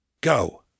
Go